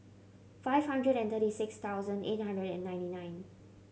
five hundred and thirty six thousand eight hundred and ninety nine